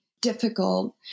difficult